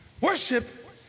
Worship